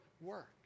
work